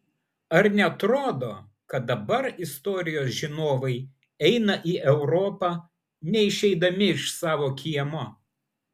ar neatrodo kad dabar istorijos žinovai eina į europą neišeidami iš savo kiemo